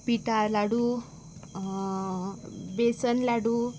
पिटा लाडू बेसन लाडू